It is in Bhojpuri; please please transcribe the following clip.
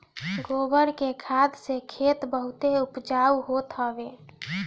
गोबर के खाद से खेत बहुते उपजाऊ होत हवे